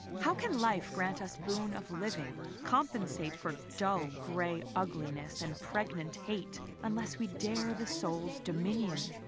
how can life grant us boon of living, compensate for dull gray ugliness, and pregnant hate unless we dare the soul's dominion?